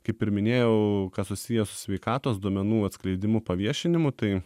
kaip ir minėjau kas susiję su sveikatos duomenų atskleidimu paviešinimu tai